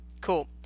Cool